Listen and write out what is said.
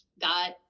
got